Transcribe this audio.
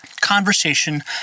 conversation